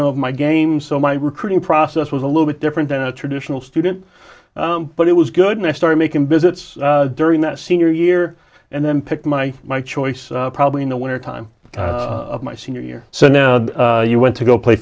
of my games so my recruiting process was a little bit different than a traditional student but it it's good and i started making visits during that senior year and then pick my my choice probably in the winter time of my senior year so now you want to go play